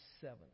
seven